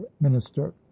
minister